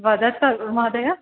वदन्तु महोदया